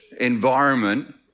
environment